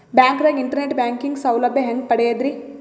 ಬ್ಯಾಂಕ್ದಾಗ internet banking ಸೌಲಭ್ಯ ಹೆಂಗ್ ಪಡಿಯದ್ರಿ?